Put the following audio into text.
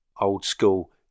old-school